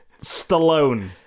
Stallone